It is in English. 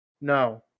no